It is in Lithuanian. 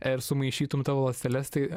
ir sumaišytum tavo ląsteles tai